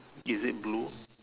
is it blue